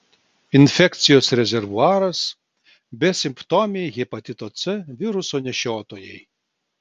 infekcijos rezervuaras besimptomiai hepatito c viruso nešiotojai